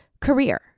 career